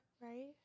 Right